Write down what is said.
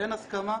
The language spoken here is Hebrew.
ואין הסכמה,